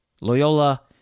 Loyola